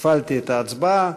הפעלתי את ההצבעה.